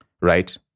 right